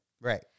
Right